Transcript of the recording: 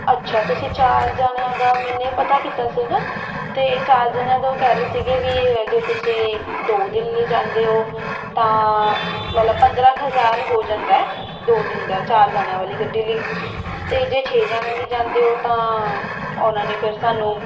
ਅੱਛਾ ਤੁਸੀਂ ਚਾਰ ਜਣਿਆਂ ਦਾ ਮੈਨੇ ਪਤਾ ਕੀਤਾ ਸੀਗਾ ਅਤੇ ਚਾਰ ਜਣਿਆਂ ਦਾ ਉਹ ਕਹਿ ਰਹੇ ਸੀਗੇ ਵੀ ਜੇ ਤੁਸੀਂ ਦੋ ਦਿਨ ਲਈ ਜਾਂਦੇ ਹੋ ਤਾਂ ਮਤਲਬ ਪੰਦਰਾਂ ਕੁ ਹਜ਼ਾਰ ਹੋ ਜਾਂਦਾ ਦੋ ਦਿਨ ਦਾ ਚਾਰ ਜਣਿਆਂ ਵਾਲੀ ਗੱਡੀ ਲਈ ਅਤੇ ਜੇ ਛੇ ਜਣਿਆਂ ਲਈ ਜਾਂਦੇ ਹੋ ਤਾਂ ਉਹਨਾਂ ਨੇ ਫਿਰ ਸਾਨੂੰ